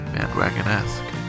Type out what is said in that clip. Bandwagon-esque